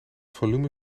volume